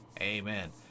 Amen